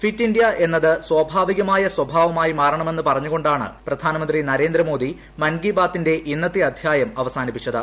fit India എന്നത് സ്ത്ര്യാവികമായ സ്വഭാവമായി മാറണമെന്നും പറഞ്ഞുകൊണ്ടാണ് പ്രധാനമന്ത്രി നരേന്ദ്രമോദി മൻകി ബാത്തിന്റെ ഇന്നത്തെ അധ്യായം അവസാനിപ്പിച്ചത്